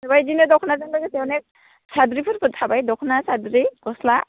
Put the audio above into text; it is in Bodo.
बेबायदिनो दख'नाजों लोगोसेनो अनेग साद्रि फोरबो थाबाय दख'ना साद्रि गस्ला